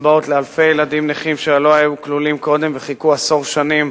קצבאות לאלפי ילדים נכים שלא היו כלולים קודם וחיכו עשור שנים